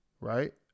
right